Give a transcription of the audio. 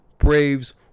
Braves